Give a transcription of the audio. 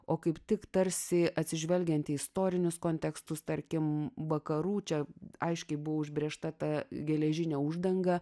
o kaip tik tarsi atsižvelgiant į istorinius kontekstus tarkim vakarų čia aiškiai buvo užbrėžta tą geležinė uždanga